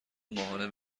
ماهانه